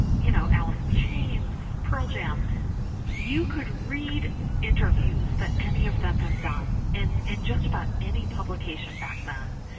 you know alice in chains, pearl jam you could read interviews that any of them have done and in just about any publication back then,